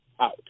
out